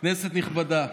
כנסת נכבדה,